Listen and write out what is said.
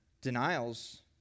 denials